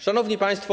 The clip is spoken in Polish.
Szanowni Państwo!